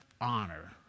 honor